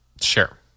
Sure